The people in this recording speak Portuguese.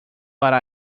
para